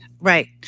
Right